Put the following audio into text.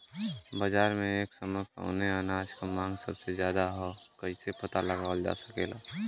बाजार में एक समय कवने अनाज क मांग सबसे ज्यादा ह कइसे पता लगावल जा सकेला?